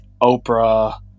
Oprah